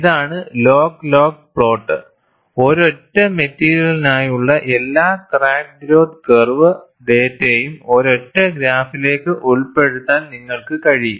ഇതാണ് log log plot ഒരൊറ്റ മെറ്റീരിയലിനായുള്ള എല്ലാ ക്രാക്ക് ഗ്രോത്ത് കർവ് ഡാറ്റയും ഒരൊറ്റ ഗ്രാഫിലേക്ക് ഉൾപ്പെടുത്താൻ നിങ്ങൾക്ക് കഴിയും